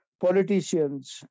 politicians